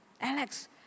Alex